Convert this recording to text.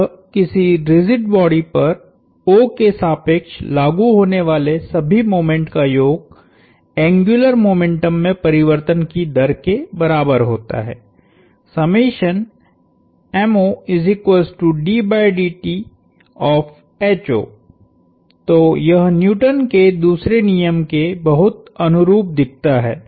अत किसी rigid body पर O के सापेक्ष लागु होने वाले सभी मोमेंट का योग एंग्युलर मोमेंटम में परिवर्तन की दर के बराबर होता है तो यह न्यूटन के दूसरे नियम के बहुत अनुरूप दिखता है